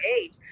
age